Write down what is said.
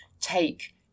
take